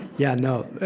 yeah, no.